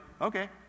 okay